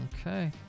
Okay